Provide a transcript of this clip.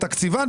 בתקציבן,